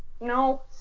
No